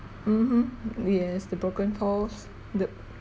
mmhmm yes the broken falls the